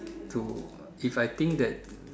to if I think that